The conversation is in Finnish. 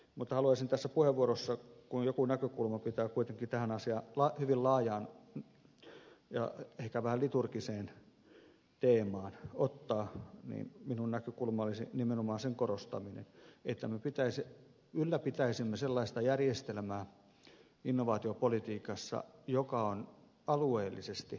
mutta haluaisin tässä puheenvuorossa kun jokin näkökulma pitää kuitenkin tähän hyvin laajaan ja ehkä vähän liturgiseen teemaan ottaa ottaa näkökulmakseni nimenomaan sen korostamisen että me ylläpitäisimme sellaista järjestelmää innovaatiopolitiikassa joka on alueellisesti kattava